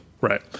Right